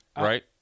right